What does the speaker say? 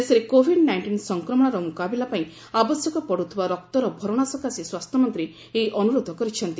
ଦେଶରେ covid nineteen ସଂକ୍ରମଣର ମୁକାବିଲା ପାଇଁ ଆବଶ୍ୟକ ପଡ଼ୁଥିବା ରକ୍ତର ଭରଣା ସକାଶେ ସ୍ୱାସ୍ଥ୍ୟ ମନ୍ତ୍ରୀ ଏହି ଅନୁରୋଧ କରିଛନ୍ତି